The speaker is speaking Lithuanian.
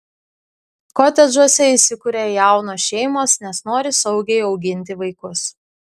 kotedžuose įsikuria jaunos šeimos nes nori saugiai auginti vaikus